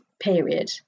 period